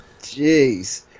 Jeez